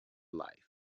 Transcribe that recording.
life